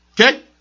Okay